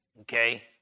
Okay